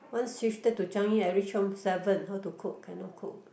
once shifted to Changi I reach home seven how to cook cannot cook